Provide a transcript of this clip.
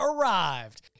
arrived